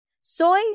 Soy